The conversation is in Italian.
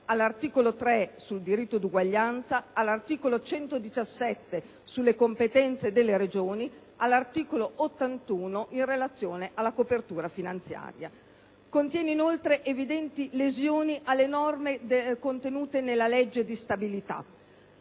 all'articolo 3 sul diritto di uguaglianza, all'articolo 117 sulle competenze delle Regioni, all'articolo 81 sulla copertura finanziaria. Contiene inoltre evidenti lesioni alle norme contenute nella legge di stabilità